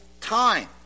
time